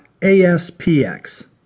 ASPX